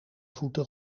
voeten